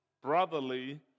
brotherly